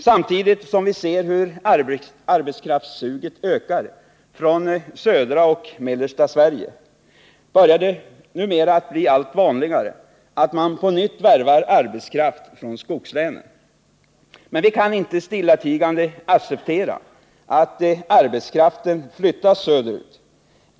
Samtidigt som vi ser hur suget efter arbetskraft ökar från södra och mellersta Sverige, börjar det bli allt vanligare att man på nytt värvar arbetskraft från skogslänen. Men vi kan inte stillatigande acceptera att arbetskraften flyttas söderut.